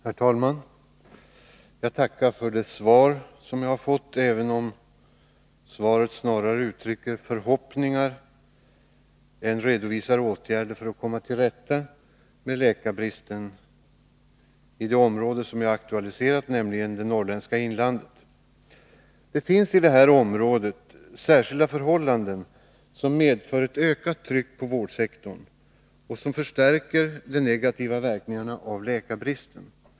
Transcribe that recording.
Herr talman! Jag tackar för det svar jag fått, även om det snarare uttrycker förhoppningar än redovisar åtgärder för att komma till rätta med läkarbristen i det område jag aktualiserat, nämligen det norrländska inlandet. Det finns i det området särskilda förhållanden som medför ett ökat tryck på vårdsektorn och som förstärker de negativa verkningarna av läkarbristen.